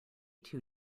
too